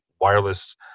wireless